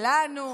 שלנו.